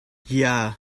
yeah